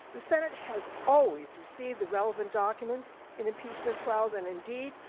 the senate has always received the relevant documents in impeachment trials and indeed,